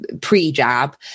pre-jab